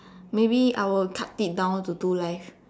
maybe I will cut it down to two life